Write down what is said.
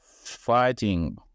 fighting